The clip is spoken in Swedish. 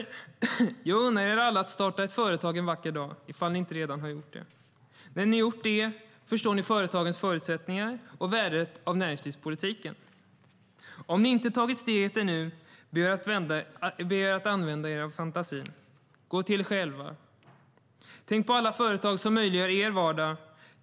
Jag unnar er alla att starta ett företag en vacker dag, ifall ni inte redan har gjort det. När ni har gjort det förstår ni företagens förutsättningar och värdet av näringslivspolitiken. Om ni inte tagit steget ännu ber jag er att använda er av fantasin. Gå till er själva. Tänk på alla företag som möjliggör er vardag.